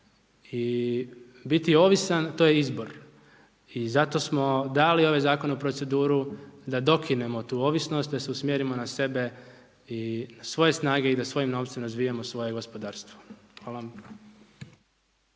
i biti ovisan, to je izbor. I zato smo dali ovaj zakon u proceduru da dokinemo tu ovisnost, da se usmjerimo na sebe i svoje snage i da svojim novcem razvijamo svoje gospodarstvo. Hvala vam.